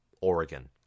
Oregon